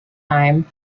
time